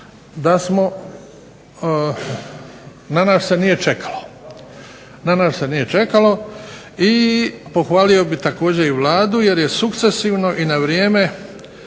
predstavničko tijelo da smo, na nas se nije čekalo. I pohvalio bih također i Vladu jer je sukcesivno i na vrijeme